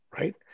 right